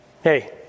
Hey